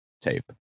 tape